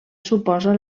suposa